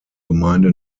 gemeinde